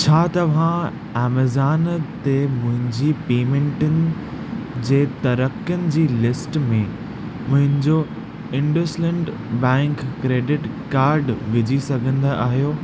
छा तव्हां ऐमेज़ॉन ते मुंहिंजी पेमेंटुनि जे तरीक़नि जी लिस्ट में मुंहिंजो इंडसइंड बैंक क्रेडिट कार्ड विझी सघंदा आहियो